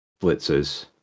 blitzes